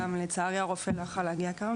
ולצערי גם הרופא לא יכל להגיע לכאן.